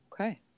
Okay